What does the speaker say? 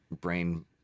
brain